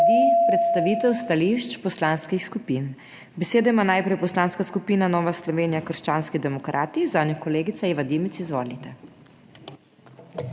predstavitev stališč poslanskih skupin. Besedo ima najprej Poslanska skupina Nova Slovenija – krščanski demokrati, zanjo kolegica Iva Dimic. Izvolite.